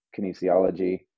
kinesiology